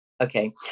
okay